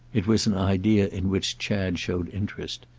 it was an idea in which chad showed interest.